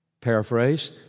Paraphrase